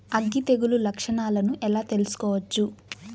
అగ్గి తెగులు లక్షణాలను ఎలా తెలుసుకోవచ్చు?